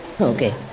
Okay